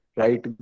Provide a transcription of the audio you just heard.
right